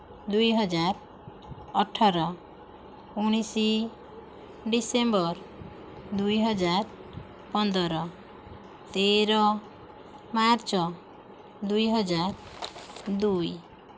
ଦୁଇହଜାର ଅଠର ଉଣେଇଶ ଡିସେମ୍ବର ଦୁଇହଜାର ପନ୍ଦର ତେର ମାର୍ଚ୍ଚ ଦୁଇହଜାର ଦୁଇ